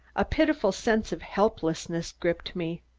a pitiful sense of helplessness gripped me.